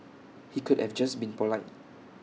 he could have just been polite